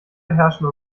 beherrschen